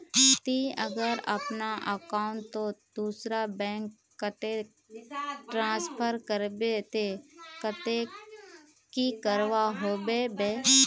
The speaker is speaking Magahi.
ती अगर अपना अकाउंट तोत दूसरा बैंक कतेक ट्रांसफर करबो ते कतेक की करवा होबे बे?